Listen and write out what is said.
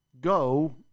go